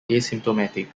asymptomatic